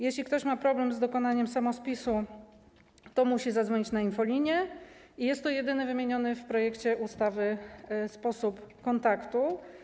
Jeśli ktoś ma problem z dokonaniem samospisu, to musi zadzwonić na infolinię, to jedyny wymieniony w projekcie ustawy sposób kontaktu.